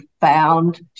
found